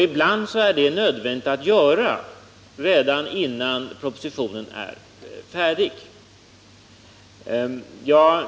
Ibland är det nödvändigt att göra det redan innan propositionen är färdig.